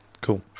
Cool